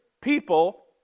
people